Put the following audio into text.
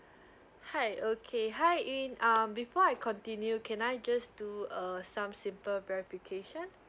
hi okay hi yun uh before I continue can I just do uh some simple verification